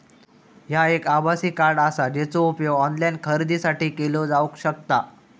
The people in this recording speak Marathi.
ह्या एक आभासी कार्ड आसा, जेचो उपयोग ऑनलाईन खरेदीसाठी केलो जावक शकता